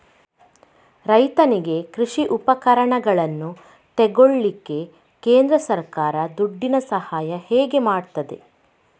ರೈತನಿಗೆ ಕೃಷಿ ಉಪಕರಣಗಳನ್ನು ತೆಗೊಳ್ಳಿಕ್ಕೆ ಕೇಂದ್ರ ಸರ್ಕಾರ ದುಡ್ಡಿನ ಸಹಾಯ ಹೇಗೆ ಮಾಡ್ತದೆ?